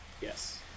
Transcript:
Yes